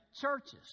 churches